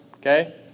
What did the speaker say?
Okay